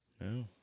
No